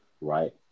right